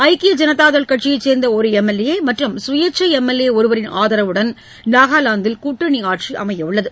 ஐக்கிய ஜனதா தள் கட்சியை சேர்ந்த ஒரு எம்எல்ஏ மற்றும் சுயேட்சை எம் எல் ஏ ஒருவரின் ஆதரவுடன் நாகாலாந்தில் கூட்டணி ஆட்சி அமையவுள்ளது